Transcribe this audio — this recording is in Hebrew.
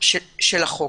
של החוק.